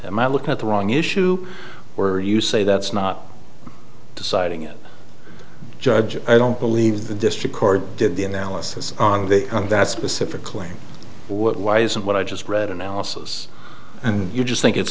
and i look at the wrong issue where you say that's not deciding it judge i don't believe the district court did the analysis on the on that specific claim why isn't what i just read analysis and you just think it's